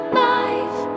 life